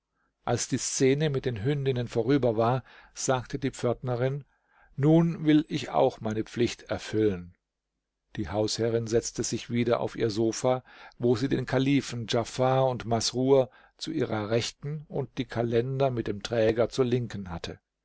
als die szene mit den hündinnen vorüber war sagte die pförtnerin nun will ich auch meine pflicht erfüllen die hausherrin setzte sich wieder auf ihr sofa wo sie den kalifen djafar und masrurmasrur ist der diener des kalifen der erzähler hat wahrscheinlich vergessen seiner oben zu erwähnen zu ihrer rechten und die kalender mit dem träger zur linken hatte